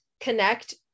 connect